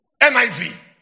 NIV